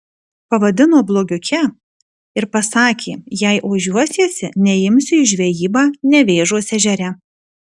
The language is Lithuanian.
pavadino blogiuke ir pasakė jei ožiuosiesi neimsiu į žvejybą nevėžos ežere